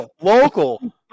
Local